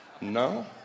no